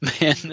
Man